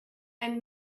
and